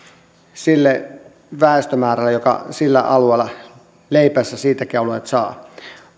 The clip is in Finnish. sille väestömäärälle joka leipänsä siltäkin alueelta saa